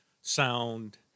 sound